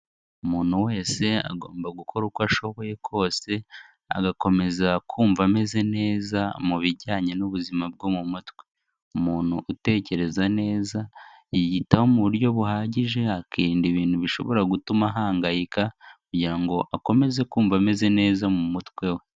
Umuntu wese agomba gukora uko ashoboye kose agakomeza kumva ameze neza mu bijyanye n'ubuzima bwo mu mutwe. Umuntu utekereza neza yiyitaho mu buryo buhagije akirinda ibintu bishobora gutuma ahangayika kugira ngo akomeze kumva ameze neza mu mutwe we.